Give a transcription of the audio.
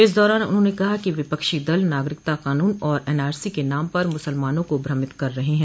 इस दौरान उन्होंने कहा कि विपक्षी दल नागरिकता क़ानून और एआरसी के नाम पर मुसलमानों को भ्रमित कर रहे हैं